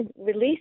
release